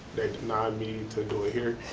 they denied me to do it here.